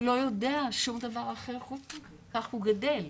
הוא לא יודע שום דבר אחר חוץ מזה, כך הוא גדל.